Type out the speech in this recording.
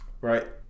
Right